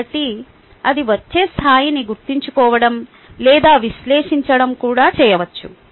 కాబట్టి అది వచ్చే స్థాయిని గుర్తుంచుకోవడం లేదా విశ్లేషించడం కూడా చేయవచ్చు